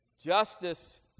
Justice